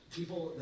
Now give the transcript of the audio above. people